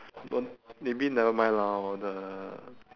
!aiya! I think some maybe they will not lah